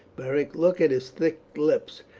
beric look at his thick lips.